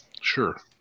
sure